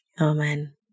Amen